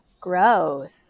Growth